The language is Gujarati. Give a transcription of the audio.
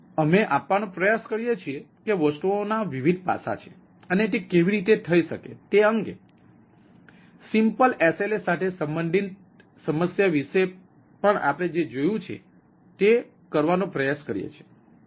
તેથી અમે આપવાનો પ્રયાસ કરીએ છીએ કે વસ્તુઓના વિવિધ પાસાં છે અને તે કેવી રીતે થઈ શકે તે અંગે સિમ્પલ SLA સાથે સંબંધિત સમસ્યા વિશે પણ આપણે જે જોયું છે તે કરવાનો પ્રયાસ કરીએ છીએ